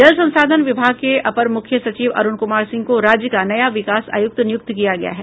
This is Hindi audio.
जल संसाधन विभाग के अपर मुख्य सचिव अरूण कुमार सिंह को राज्य का नया विकास आयुक्त नियुक्त किया गया है